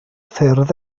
ffyrdd